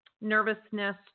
nervousness